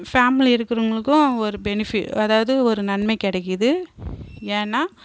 family இருக்கிறவுங்களுக்கும் ஒரு benefit அதாவது ஒரு நன்மை கிடைக்குது ஏன்னா